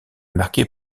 marquée